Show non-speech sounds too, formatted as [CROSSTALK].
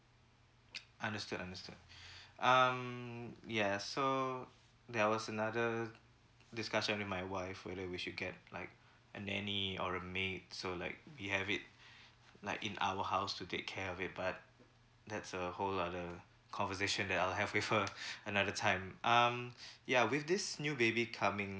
understood understood [BREATH] um yes so there was another discussion with my wife whether we should get like a nanny or a maid so like we have it [BREATH] like in our house to take care of it but that's a whole other conversation that I'll have with her [BREATH] another time um [BREATH] ya with this new baby coming